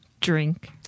drink